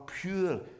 pure